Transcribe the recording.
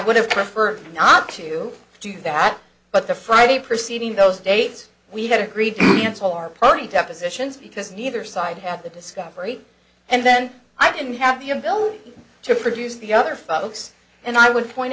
would have preferred not to do that but the friday proceeding those dates we had agreed to cancel our party depositions because neither side had the discovery and then i didn't have the ability to produce the other folks and i would point